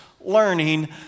learning